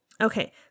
Okay